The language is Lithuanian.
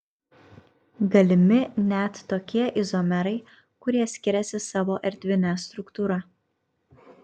galimi net tokie izomerai kurie skiriasi savo erdvine struktūra